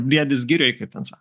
briedis girioj kaip ten sako